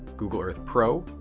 google earth pro,